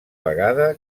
vegada